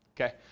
okay